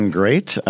great